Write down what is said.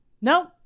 no